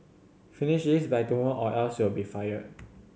finish this by tomorrow or else you'll be fired